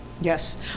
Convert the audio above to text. Yes